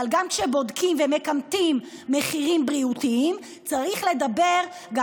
אבל שבודקים ומכמתים מחירים בריאותיים צריך לדבר גם